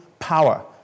power